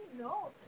No